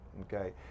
okay